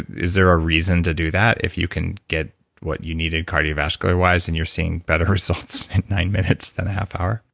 is there a reason to do that if you can get what you needed cardiovascular wise and you're seeing better results in nine minutes than a half hour?